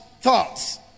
thoughts